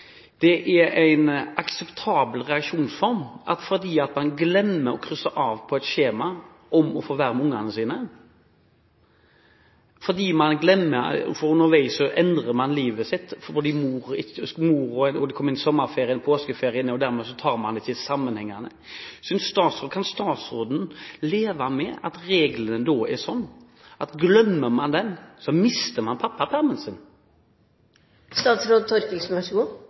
en akseptabel reaksjonsform om man glemmer å krysse av på et skjema for å få være sammen med barna sine – fordi livet endrer seg underveis, eller på grunn av påskeferie og sommerferie, slik at man dermed ikke tar permisjonen sammenhengende? Kan statsråden leve med at reglene da er sånn at glemmer man det, mister man